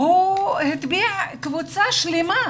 הוא הטביע קבוצה שלמה.